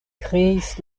kreis